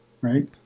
right